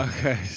Okay